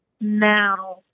now